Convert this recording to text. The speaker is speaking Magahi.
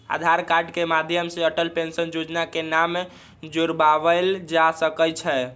आधार कार्ड के माध्यम से अटल पेंशन जोजना में नाम जोरबायल जा सकइ छै